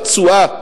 התשואה,